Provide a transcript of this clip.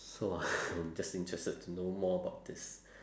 so I'm just interested to know more about this